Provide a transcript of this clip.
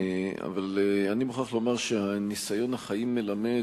אבל אני מוכרח לומר שניסיון החיים מלמד